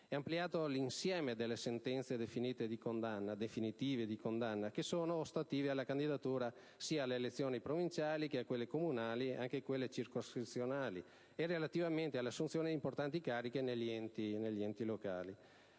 E' ampliato l'insieme delle sentenze definitive di condanna che sono ostative alla candidatura alle elezioni provinciali, comunali e circoscrizionali e relativamente alla assunzione di importanti cariche negli enti locali.